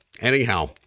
Anyhow